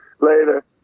later